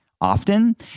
often